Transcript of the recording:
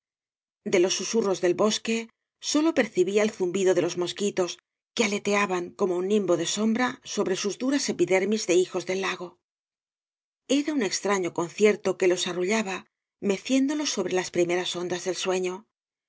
de loa susurros del bosque sólo percibía el zumbido de los mosquitos que aleteaban como un nimb de sombra sobre bus duras epidermis de hijos del lago era un extraño concierto que los arrullaba meciéndolos sobre las primeras ondas del sueño